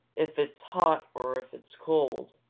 if it's hot or if it's cold,